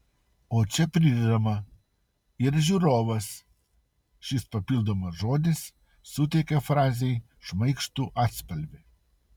o čia pridedama ir žiūrovas šis papildomas žodis suteikia frazei šmaikštų atspalvį